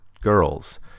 girls